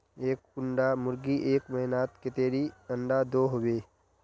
एक कुंडा मुर्गी एक महीनात कतेरी अंडा दो होबे?